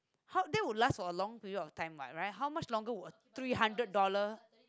how they will last for a long period of time right how much longer was three hundred dollars